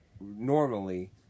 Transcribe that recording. normally